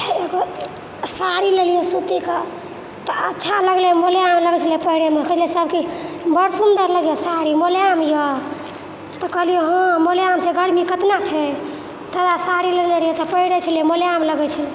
एगो साड़ी लेलिए सूतीके तऽ अच्छा लगलै मोलायम लगै छलै पहिरैमे कहलकै सब कि बड्ड सुन्दर लगैए साड़ी मोलायम अइ तऽ कहलिए हँ मोलायम छै गरमी कतना छै ताहिलए साड़ी लेने छलिए पहिरै छलिए मोलायम लगै छै